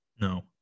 No